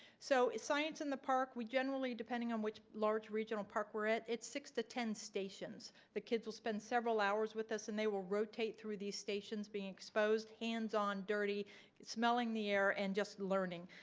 so at science in the park. we generally depending on which large regional park we're at, it's six to ten stations, the kids will spend several hours with us and they will rotate through these stations being exposed hands on dirty smelling the air and just learning.